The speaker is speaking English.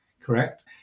correct